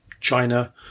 China